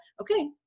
okay